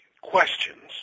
questions